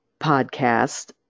podcast